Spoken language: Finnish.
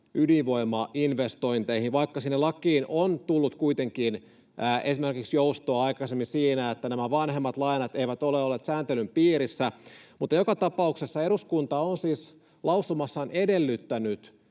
ydinvoimainvestointeihin, vaikka sinne lakiin on kuitenkin aikaisemmin tullut joustoa esimerkiksi siinä, että vanhemmat lainat eivät ole olleet sääntelyn piirissä. Joka tapauksessa eduskunta on siis lausumassaan edellyttänyt,